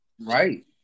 right